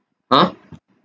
!huh!